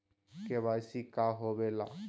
KYC का होवेला?